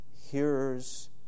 hearers